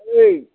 ओइ